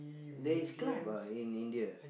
there is club ah in India